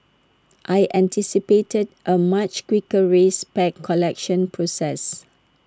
I anticipated A much quicker race pack collection process